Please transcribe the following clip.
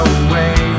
away